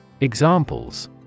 Examples